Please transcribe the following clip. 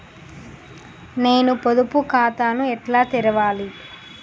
నేను పొదుపు ఖాతాను ఎట్లా తెరవాలి?